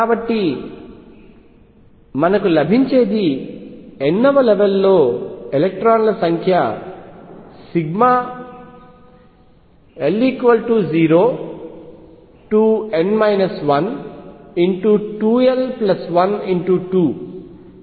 కాబట్టి మనకు లభించేది n వ లెవెల్ లో ఎలక్ట్రాన్ ల సంఖ్య l0n 12l1×2